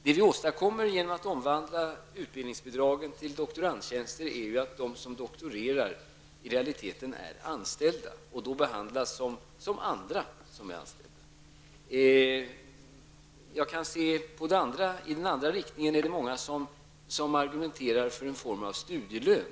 Det som vi åstadkommer genom att omvandla utbildningsbidragen till doktorandtjänster är att de som doktorerar i realiteten är anställda och då behandlas som andra anställda. I den andra riktningen är det många som argumenterar för en form av studielön.